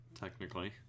technically